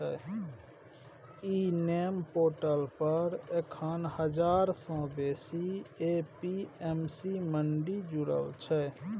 इ NAM portal पर एखन हजार सँ बेसी ए.पी.एम.सी मंडी जुरल छै